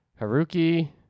Haruki